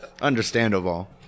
Understandable